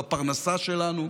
בפרנסה שלנו,